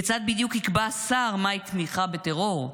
כיצד בדיוק יקבע השר מהי תמיכה בטרור?